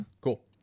cool